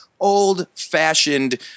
old-fashioned